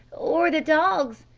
or the dogs?